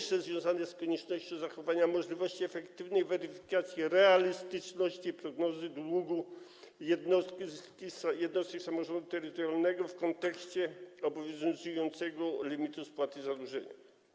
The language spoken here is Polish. Jest to związane z koniecznością zachowania możliwości efektywnej weryfikacji realistyczności prognozy długu jednostki samorządu terytorialnego w kontekście obowiązującego limitu spłaty zadłużenia.